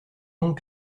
donc